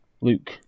Luke